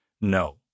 No